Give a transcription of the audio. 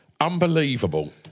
Unbelievable